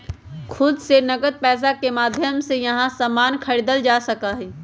खुद से नकद पैसा के माध्यम से यहां सामान खरीदल जा सका हई